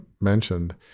mentioned